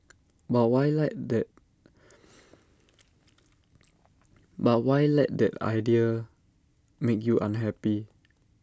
but why let that but why let that idea make you unhappy